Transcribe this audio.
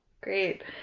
Great